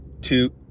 two